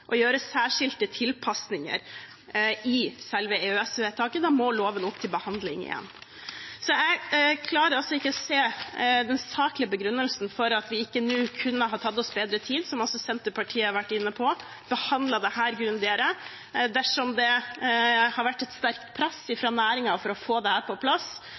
å gjøre særskilte tilpasninger i selve EØS-vedtaket. Da må loven opp til behandling igjen. Jeg klarer altså ikke å se den saklige begrunnelsen for at vi nå ikke kunne ha tatt oss bedre tid, som også Senterpartiet har vært inne på, behandlet dette grundigere. Dersom det har vært et sterkt press fra næringen for å få dette på plass,